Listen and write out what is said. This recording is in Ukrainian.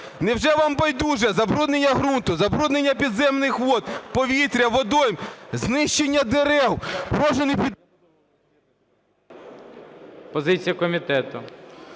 Невже вам байдуже забруднення ґрунту, забруднення підземних вод, повітря, водойм, знищення дерев… ГОЛОВУЮЧИЙ. Позиція